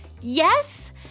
Yes